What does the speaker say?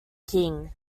king